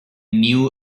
new